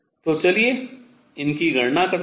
तो चलिए इनकी गणना करते हैं